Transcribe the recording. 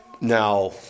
now